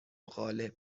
غالب